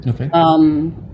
Okay